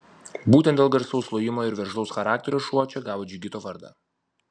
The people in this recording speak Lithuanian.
būtent dėl garsaus lojimo ir veržlaus charakterio šuo čia gavo džigito vardą